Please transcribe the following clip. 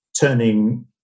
turning